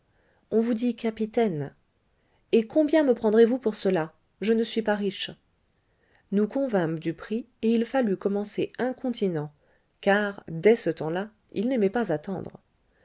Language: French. on vous dit capitaine et combien me prendrez-vous pour cela je ne suis pas riche nous convînmes du prix et il fallut commencer incontinent car dès ce temps-là il n'aimait pas attendre